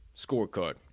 scorecard